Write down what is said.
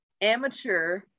amateur